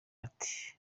ati